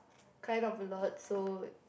kind of a lot so